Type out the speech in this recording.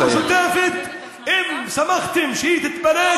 ( אנחנו אומרים שהרשימה המשותפת תמשיך.)